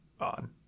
on